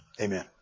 Amen